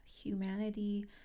humanity